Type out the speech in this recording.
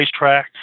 racetracks